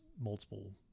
Multiple